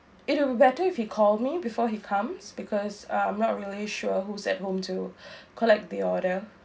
it'll be better if he call me before he comes because I'm not really sure who's at home to collect the order